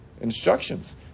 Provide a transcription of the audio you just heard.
instructions